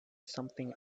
something